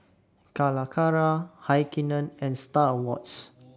Calacara Heinekein and STAR Awards